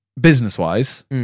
business-wise